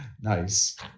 Nice